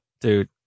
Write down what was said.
Dude